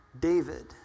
David